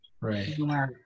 Right